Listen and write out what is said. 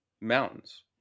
mountains